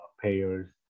payers